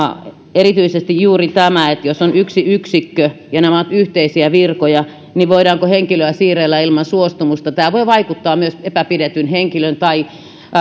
erityisesti juuri tämä että jos on yksi yksikkö ja nämä ovat yhteisiä virkoja niin voidaanko henkilöä siirrellä ilman suostumusta tämä voi vaikuttaa myös epäpidettyyn henkilöön tai